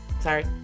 Sorry